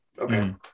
Okay